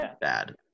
bad